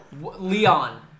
Leon